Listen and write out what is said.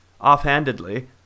offhandedly